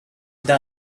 the